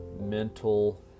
mental